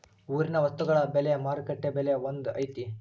ಊರಿನ ವಸ್ತುಗಳ ಬೆಲೆ ಮಾರುಕಟ್ಟೆ ಬೆಲೆ ಒಂದ್ ಐತಿ?